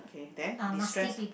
and then destress